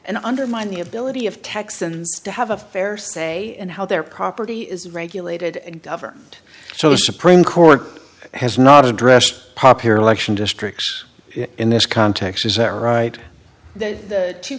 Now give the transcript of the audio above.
and undermine the ability of texans to have a fair say in how their property is regulated and government so the supreme court has not addressed popular election districts in this context is that right that the two